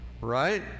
right